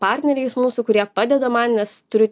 partneriais mūsų kurie padeda man nes turiu